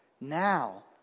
now